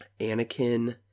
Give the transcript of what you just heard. Anakin